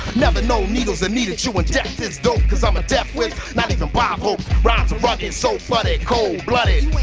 never no needles are needed to inject this dope cause i'm a death wish not even bob hope's rhymes are rugged, soul flooded, cold blooded